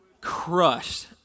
Crushed